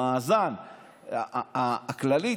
במאזן הכללי,